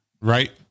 Right